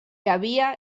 havia